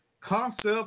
concept